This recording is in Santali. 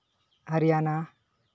ᱦᱚᱨᱤᱭᱟᱱᱟ